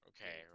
Okay